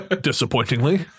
Disappointingly